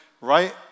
right